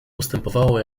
ustępowało